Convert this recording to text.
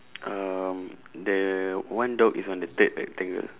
um the one dog is on the third rectangle